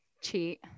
cheat